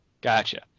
gotcha